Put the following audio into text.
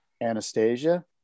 Anastasia